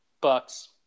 Bucks